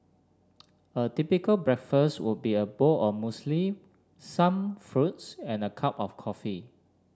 a typical breakfast would be a bowl of Muesli some fruits and a cup of coffee